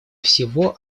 всего